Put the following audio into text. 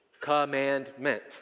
commandment